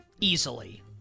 easily